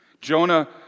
Jonah